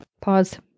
Pause